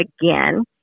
again